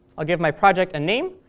i'll give my project a name.